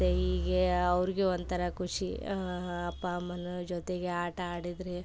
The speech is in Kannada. ಮತ್ತು ಹೀಗೆ ಅವ್ರಿಗೂ ಒಂಥರ ಖುಷಿ ಅಪ್ಪ ಅಮ್ಮನ ಜೊತೆಗೆ ಆಟ ಆಡಿದರೆ